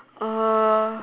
uh